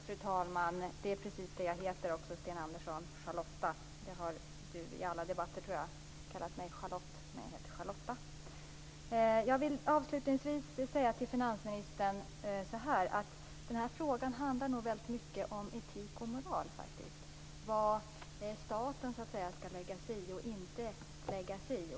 Fru talman! Det är precis det jag heter, Charlotta. Sten Andersson har i alla debatter kallat mig Charlotte, men jag heter Charlotta. Jag vill avslutningsvis säga till finansministern att den här frågan nog väldigt mycket handlar som etik och moral: Vad skall staten lägga sig i och inte lägga sig i?